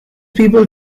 people